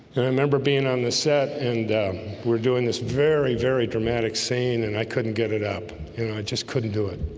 and i remember being on the set and we're doing this very very dramatic scene, and i couldn't get it up you know, i just couldn't do it.